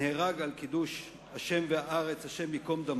נהרג על קידוש השם והארץ, הי"ד,